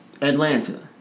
Atlanta